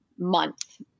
month